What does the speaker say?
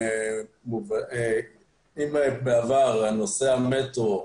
אם בעבר נושא המטרו,